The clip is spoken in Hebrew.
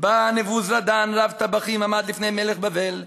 בא נבוזראדן רב טבחים עמד לפני מלך בבל בירושלם,